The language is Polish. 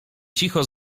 cicho